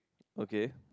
okay